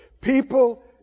People